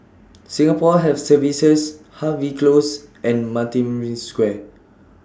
Singapore Health Services Harvey Close and Maritime Square